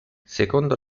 secondo